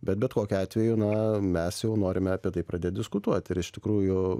bet bet kokiu atveju na mes jau norime apie tai pradėt diskutuot ir iš tikrųjų